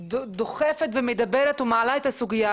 שהייתה דוחפת ומעלה את הסוגיה,